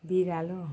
बिरालो